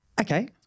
Okay